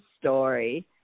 story